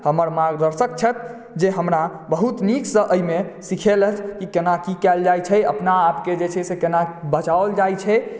हमर मार्गदर्शक छथि जे हमरा बहुत नीकसँ एहिमे सिखेलथि कि केनाकी कयल जाइत छै अपना आपके जे छै से केना बचाओल जाइत छै